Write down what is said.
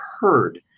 heard